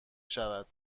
شود